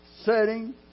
setting